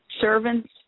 servants